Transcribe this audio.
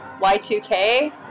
Y2K